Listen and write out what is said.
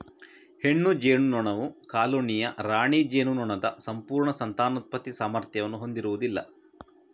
ಹೆಣ್ಣು ಜೇನುನೊಣವು ಕಾಲೋನಿಯ ರಾಣಿ ಜೇನುನೊಣದ ಸಂಪೂರ್ಣ ಸಂತಾನೋತ್ಪತ್ತಿ ಸಾಮರ್ಥ್ಯವನ್ನು ಹೊಂದಿರುವುದಿಲ್ಲ